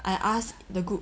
I asked the group